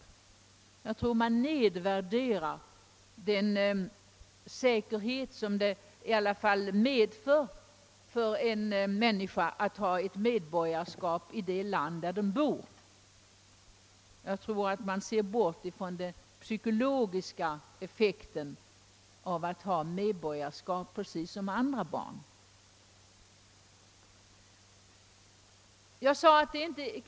Detta innebär en nedvärdering av den säkerhet som det i alla fall medför för en människa att ha ett medborgarskap i det land där hon bor. Man bortser från den psykologiska effekten av att dessa barn precis som andra barn i vårt land har svenskt medborgarskap.